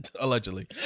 Allegedly